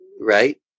right